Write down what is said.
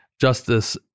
Justice